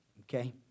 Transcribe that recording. okay